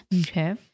Okay